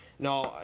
No